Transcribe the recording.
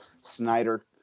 Snyder